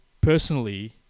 personally